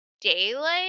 daylight